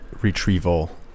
retrieval